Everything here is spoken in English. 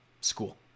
School